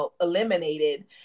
eliminated